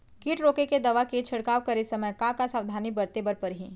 किट रोके के दवा के छिड़काव करे समय, का का सावधानी बरते बर परही?